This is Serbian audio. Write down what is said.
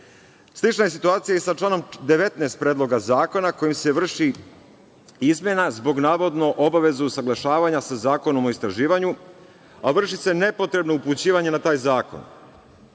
ne. Slična je situacija i sa članom 19. Predloga zakona kojim se vrši izmena zbog, navodno, obaveze usaglašavanja sa Zakonom o istraživanju, a vrši se nepotrebno upućivanje na taj zakon.